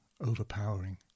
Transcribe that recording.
overpowering